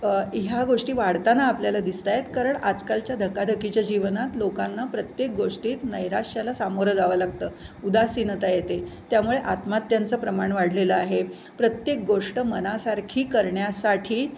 ह्या गोष्टी वाढताना आपल्याला दिसत आहेत कारण आजकालच्या धकाधकीच्या जीवनात लोकांना प्रत्येक गोष्टीत नैराश्याला सामोरं जावं लागतं उदासीनता येते त्यामुळे आत्महत्यांचं प्रमाण वाढलेलं आहे प्रत्येक गोष्ट मनासारखी करण्यासाठी